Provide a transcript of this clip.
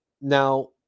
Now